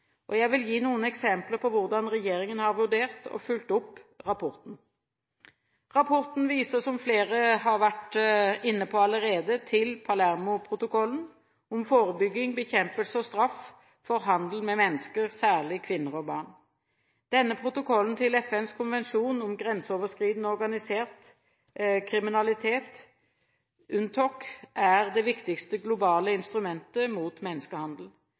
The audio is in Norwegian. practice». Jeg vil gi noen eksempler på hvordan regjeringen har vurdert og fulgt opp rapporten. Rapporten viser, som flere har vært inne på allerede, til Palermoprotokollen, om forebygging, bekjempelse og straff for handel med mennesker, særlig kvinner og barn. Denne protokollen til FNs konvensjon om grenseoverskridende organisert kriminalitet, UNTOC, er det viktigste globale instrumentet mot menneskehandel.